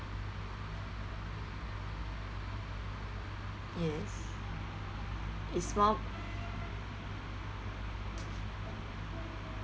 yes it's more